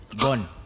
gone